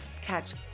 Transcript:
Catch